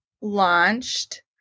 launched